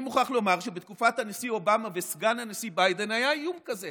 אני מוכרח לומר שבתקופת הנשיא אובמה וסגן הנשיא ביידן היה איום כזה